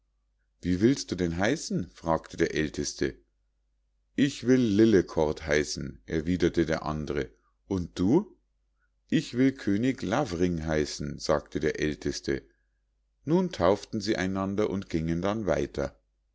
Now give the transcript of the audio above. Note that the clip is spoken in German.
wie willst du denn heißen fragte der älteste ich will lillekort heißen erwiederte der andre und du ich will könig lavring heißen sagte der älteste nun tauften sie einander und gingen dann weiter